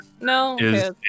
No